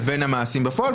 לבין המעשים בפועל.